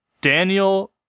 Daniel